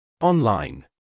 Online